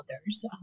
others